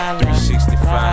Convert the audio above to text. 365